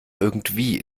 irgendwie